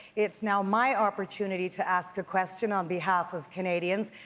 it's now my opportunity to ask a question on behalf of canadians.